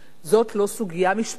זאת לא סוגיה משפטית